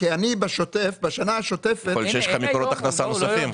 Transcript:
יכול להיות שיש לך מקורות הכנסה נוספים.